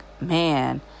man